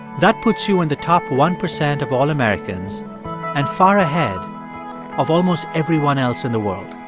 that puts you in the top one percent of all americans and far ahead of almost everyone else in the world